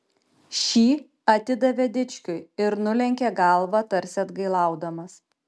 šį atidavė dičkiui ir nulenkė galvą tarsi atgailaudamas